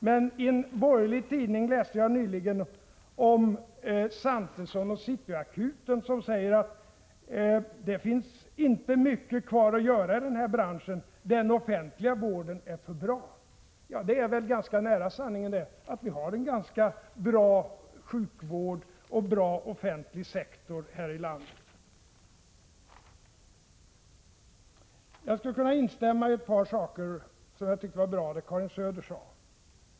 Men i en borgerlig tidning läste jag nyligen om Santesson och City-Akuten, och han säger att det inte finns mycket kvar att göra i branschen, eftersom den offentliga vården är för bra. Det är väl ganska nära sanningen: Vi har en ganska bra sjukvård och bra offentlig sektor här i landet. Jag skulle kunna instämma i ett par saker som Karin Söder sade och som jag tycker var bra.